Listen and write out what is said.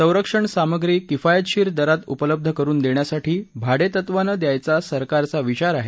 संरक्षण सामग्री किफायतशीर दरात उपलब्ध करुन देण्यासाठी भाडेतत्वानं द्यायचा सरकारचा विचार आहे